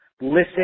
Listen